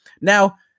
Now